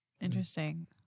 Interesting